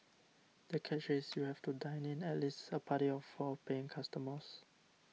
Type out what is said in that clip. the catch is you have to dine in at least a party of four paying customers